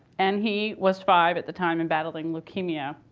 and he was five at the time and battling leukemia.